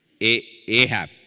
Ahab